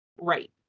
Right